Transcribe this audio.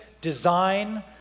design